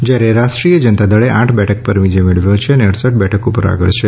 જયારે રાષ્ટ્રીછેય જનતા દળે આઠ બેઠક પર વિજય મેળવ્યો છે અને અડસઠ બેઠકો પર આગળ છે